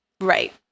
right